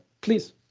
please